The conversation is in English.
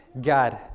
God